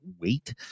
wait